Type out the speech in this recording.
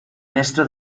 mestre